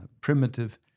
primitive